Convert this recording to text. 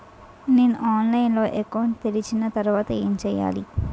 నేను ఆన్లైన్ లో అకౌంట్ తెరిచిన తర్వాత ఏం చేయాలి?